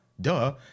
duh